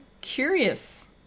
curious